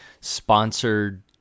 sponsored